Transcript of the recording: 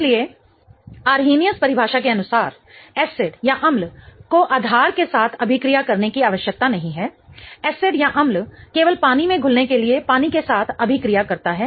इसलिए अरहेनियस परिभाषा के अनुसार एसिड अम्ल को आधार के साथ अभिक्रिया करने की आवश्यकता नहीं है एसिड अम्ल केवल पानी में घुलने के लिए पानी के साथ अभिक्रिया करता है